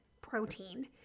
protein